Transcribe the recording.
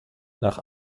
nach